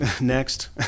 Next